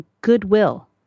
goodwill